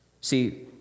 see